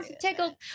Tickled